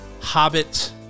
Hobbit